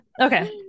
Okay